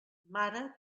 mare